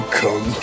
come